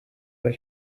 will